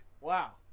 wow